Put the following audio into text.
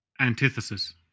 Antithesis